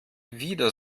wieder